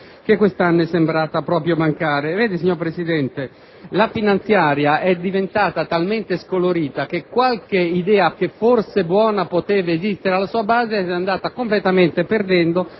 che quest'anno è sembrata proprio mancare. Signor Presidente, la manovra finanziaria è diventata talmente scolorita che qualche idea che forse buona poteva esistere alla sua base si è andata completamente perdendo